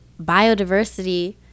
biodiversity